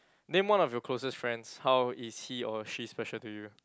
name one of your closest friends how is he or she special to you